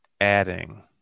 adding